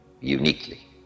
uniquely